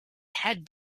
had